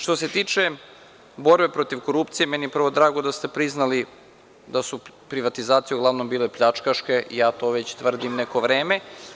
Što se tiče borbe protiv korupcije, meni je prvo drago da ste priznali da su privatizacije uglavnom bile pljačkaške i ja to već tvrdim neko vreme.